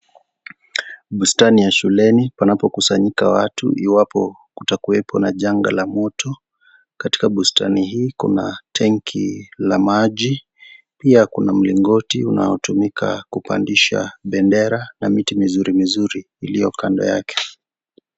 Bustani ya shuleni panapokusanyika watu, iwapo kutakuwepo na janga la moto, katika bustani hii, kuna tanki la maji. Pia kuna mlingoti unaotumika kupandisha bendera na miti mizuri mizuri iliyo kando yake.